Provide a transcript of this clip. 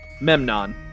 Memnon